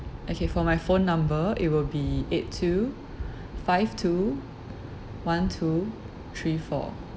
okay for my phone number it will be eight two five two one two three four